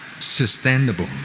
sustainable